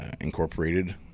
incorporated